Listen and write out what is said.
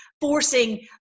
forcing